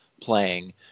playing